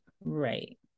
right